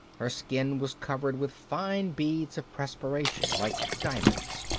her skin was covered with fine beads of perspiration, like diamonds.